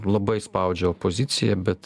labai spaudžia opozicija bet